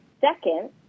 Second